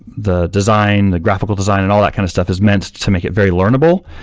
the design, the graphical design and all that kind of stuff is meant to make it very learnable,